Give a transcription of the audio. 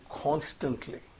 constantly